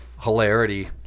hilarity